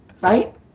Right